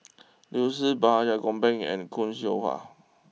Liu Si Gopal and Khoo Seow Hwa